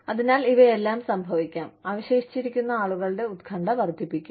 അതിനാൽ ഇവയെല്ലാം സംഭവിക്കാം അവശേഷിച്ചിരിക്കുന്ന ആളുകളുടെ ഉത്കണ്ഠ വർദ്ധിപ്പിക്കും